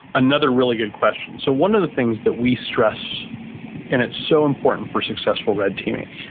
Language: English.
another really good question. so, one of the things that we stress and it's so important for successful red teaming,